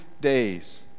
days